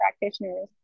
practitioners